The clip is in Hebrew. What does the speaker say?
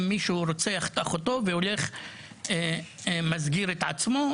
שמישהו רוצח את אחותו ומסגיר את עצמו,